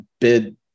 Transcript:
bid